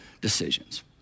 decisions